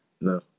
No